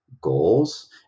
goals